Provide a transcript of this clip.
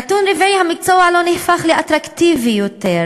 נתון רביעי: המקצוע לא נהפך לאטרקטיבי יותר.